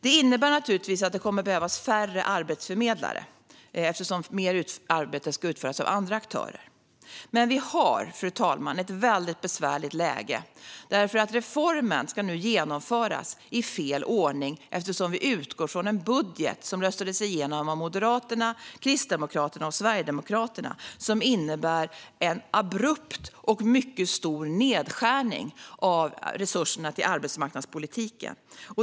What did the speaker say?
Det innebär naturligtvis att det kommer att behövas färre arbetsförmedlare, eftersom mer arbete ska utföras av andra aktörer. Fru talman! Vi har emellertid ett mycket besvärligt läge därför att reformen nu ska genomföras i fel ordning, eftersom vi utgår från en budget som röstades igenom av Moderaterna, Kristdemokraterna och Sverigedemokraterna och som innebär en abrupt och mycket stor nedskärning av resurserna till arbetsmarknadspolitiken.